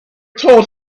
told